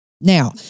Now